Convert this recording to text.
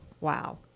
wow